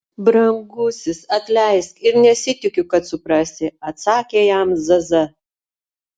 brangusis atleisk ir nesitikiu kad suprasi atsakė jam zaza